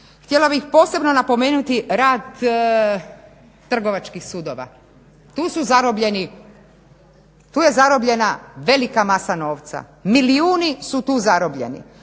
Htjela bih posebno napomenuti rad trgovačkih sudova. Tu su zarobljena velika masa novca, milijuni su tu zarobljeni.